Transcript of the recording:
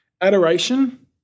Adoration